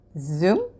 Zoom